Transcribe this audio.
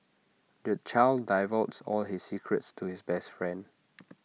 the child divulged all his secrets to his best friend